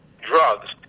drugs